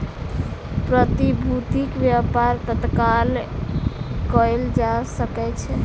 प्रतिभूतिक व्यापार तत्काल कएल जा सकै छै